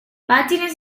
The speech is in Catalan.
pàgines